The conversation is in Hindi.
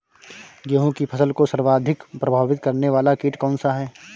गेहूँ की फसल को सर्वाधिक प्रभावित करने वाला कीट कौनसा है?